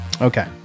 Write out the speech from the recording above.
Okay